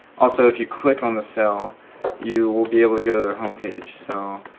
also if you click on the cell you will be able to go to their homepage. so